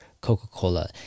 Coca-Cola